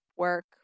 work